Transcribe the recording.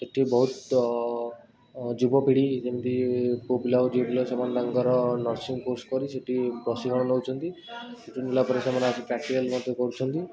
ଏଠି ବହୁତ ଯୁବପିଢ଼ି ଯେମତି ପୁଅପିଲା ହେଉ ଝିଅପିଲା ସେମାନେ ତାଙ୍କର ନର୍ସିଂ କୋର୍ସ କରି ସେଇଠି ପ୍ରଶିକ୍ଷଣ ନେଉଛନ୍ତି ସେଇଠି ନେଲାପରେ ସେମାନେ ଆସି ପ୍ରାକ୍ଟିକାଲ ମଧ୍ୟ କରୁଛନ୍ତି